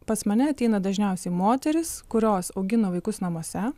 pas mane ateina dažniausiai moterys kurios augina vaikus namuose